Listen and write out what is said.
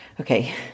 Okay